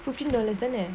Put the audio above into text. fifteen dollars தான:thaana